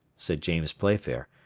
said james playfair,